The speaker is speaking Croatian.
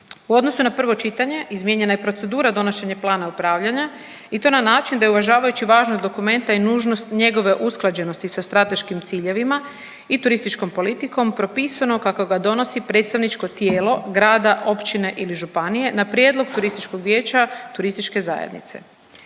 U odnosu na prvo čitanje, izmijenjena je procedura donošenja plana upravljanja i to na način da je uvažavajući važnost dokumenta i nužnost njegove usklađenosti sa strateškim ciljevima i turističkom politikom propisano kako ga donosi predstavničko tijelo grada, općine ili županije na prijedlog turističkog vijeća turističke zajednice.